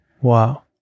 Wow